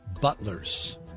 Butler's